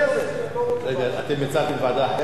רגע, אתם הצעתם ועדה אחרת?